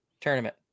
Tournament